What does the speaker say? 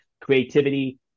creativity